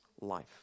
life